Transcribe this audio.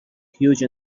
huge